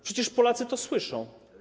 Przecież Polacy to słyszą.